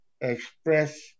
Express